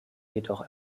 jedoch